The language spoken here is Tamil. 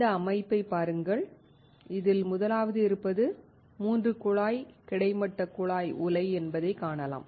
இந்த அமைப்பைப் பாருங்கள் இதில் முதலாவது இருப்பது 3 குழாய் கிடைமட்ட குழாய் உலை என்பதைக் காணலாம்